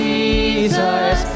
Jesus